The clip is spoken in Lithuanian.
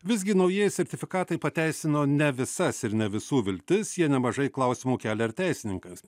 visgi naujieji sertifikatai pateisino ne visas ir ne visų viltis jie nemažai klausimų kelia ir teisininkams